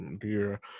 dear